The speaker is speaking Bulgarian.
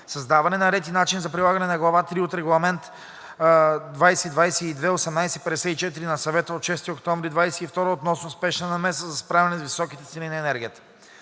създаване на ред и начин за прилагане на Глава III от Регламент (ЕС) 2022/1854 на Съвета от 6 октомври 2022 г. относно спешна намеса за справяне с високите цени на енергията.